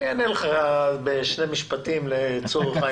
אני אענה לך בשני משפטים, לצורך העניין.